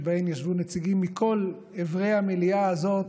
שבהן ישבו נציגים מכל עברי המליאה הזאת,